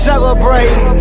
Celebrate